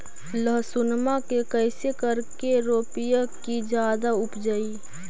लहसूनमा के कैसे करके रोपीय की जादा उपजई?